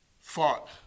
fought